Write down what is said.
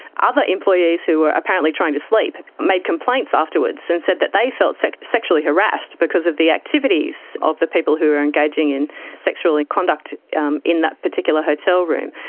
other employees who were apparently trying to sleep made complaints afterwards and said that they felt so sexually harassed because of the activities of the people who were engaging in sexual conduct um in that particular hotel room.